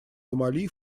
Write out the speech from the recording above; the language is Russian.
сомали